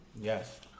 Yes